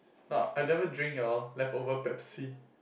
ah I never drink your leftover Pepsi